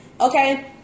okay